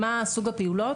מה סוג הפעולות?